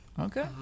Okay